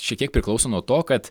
šiek tiek priklauso nuo to kad